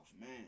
man